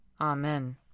Amen